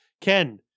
Ken